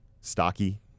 stocky